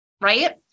right